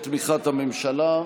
בתמיכת הממשלה.